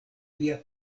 via